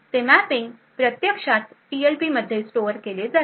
ते मॅपिंग प्रत्यक्षात टीएलबीमध्ये स्टोअर केले जाते